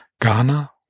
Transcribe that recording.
Ghana